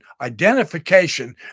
identification